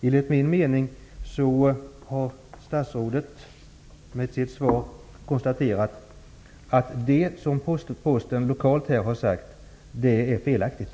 Enligt min uppfattning har statsrådet genom sitt svar konstaterat att det som Posten har sagt är felaktigt.